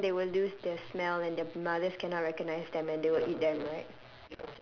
then they will lose their smell and their mothers cannot recognize them and they will eat them right